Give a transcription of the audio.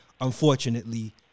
unfortunately